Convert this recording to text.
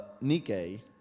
Nike